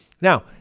now